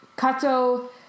Kato